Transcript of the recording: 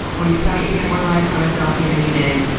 or you thought you'd get more likes on a selfie than you did,